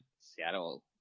Seattle